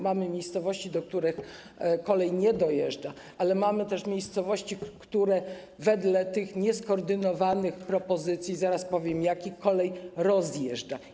Mamy miejscowości, do których kolej nie dojeżdża, ale mamy też miejscowości, które wedle tych nieskoordynowanych propozycji - zaraz powiem jakich - kolej rozjeżdża.